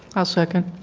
i second.